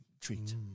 treat